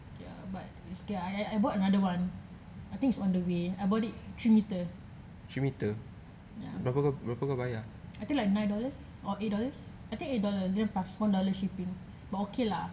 ya but it's okay I I bought another one I think is on the way I bought it three metre ya I think like nine dollars or eight dollars I think eight dollars and then plus one dollar shipping but okay lah